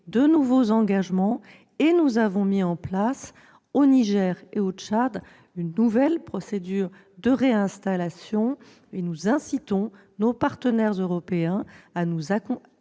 de nouveaux engagements et mis en place, au Niger et au Tchad, une nouvelle procédure de réinstallation. Nous incitons nos partenaires européens à nous accompagner